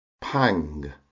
pang